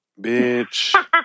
Bitch